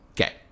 Okay